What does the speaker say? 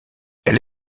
elle